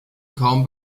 kaum